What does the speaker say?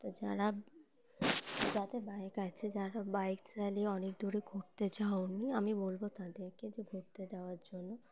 তো যারা যাদের বাইক আছে যারা বাইক চালিয়ে অনেক দূরে ঘুরতে যাওনি আমি বলবো তাদেরকে যে ঘুরতে যাওয়ার জন্য